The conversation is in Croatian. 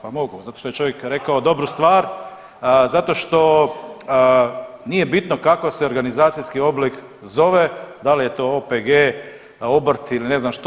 Pa mogu, zato što je čovjek rekao dobro stvar, zato što nije bitno kako se organizacijski oblik zove, da li je to OPG, obrt ili ne znam što.